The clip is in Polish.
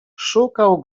szukał